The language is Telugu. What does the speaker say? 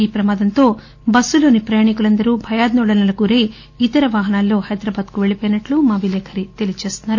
ఈ ప్రమాదంతో బస్సులోని ప్రయాణికులందరూ భయాందోళనకు గురై ఇతర వాహనాల్లో హైదరాబాద్కు పెళ్ళివోయినట్లు మా విలేకరి తెలియజేస్తున్నారు